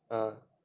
(uh huh)